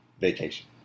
vacation